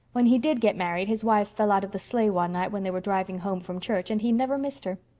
when he did get married his wife fell out of the sleigh one night when they were driving home from church and he never missed her.